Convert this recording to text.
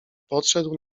podszedł